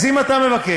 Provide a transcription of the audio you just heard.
אז אם אתה מבקש,